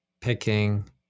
picking